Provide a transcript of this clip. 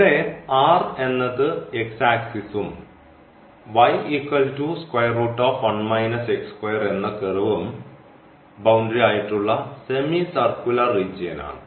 ഇവിടെ R എന്നത് x ആക്സിസ്സും എന്ന കർവും ബൌണ്ടറി ആയിട്ടുള്ള സെമി സർക്കുലർ റീജിയൻ ആണ്